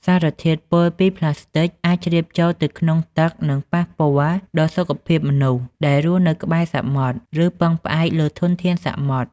សារធាតុពុលពីប្លាស្ទិក អាចជ្រាបចូលទៅក្នុងទឹក និងប៉ះពាល់ដល់សុខភាពមនុស្សដែលរស់នៅក្បែរសមុទ្រ ឬពឹងផ្អែកលើធនធានសមុទ្រ។